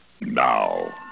Now